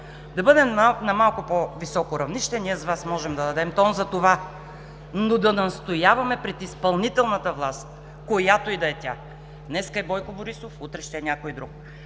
да бъдем на малко по-високо равнище! Ние с Вас можем да дадем тон за това, но да настояваме пред изпълнителната власт, която и да е тя – днес е Бойко Борисов, утре ще е някой друг,